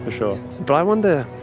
for sure. but i wonder,